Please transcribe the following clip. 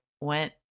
went